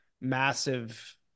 massive